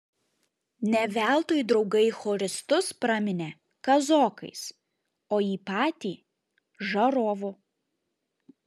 ne veltui draugai choristus praminė kazokais o jį patį žarovu